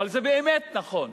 אבל זה באמת נכון.